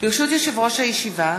ברשות יושב-ראש הישיבה,